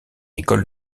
école